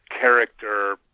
character